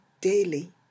daily